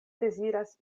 deziras